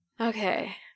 Okay